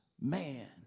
man